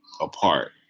apart